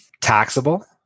taxable